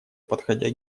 подходя